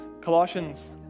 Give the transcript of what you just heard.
Colossians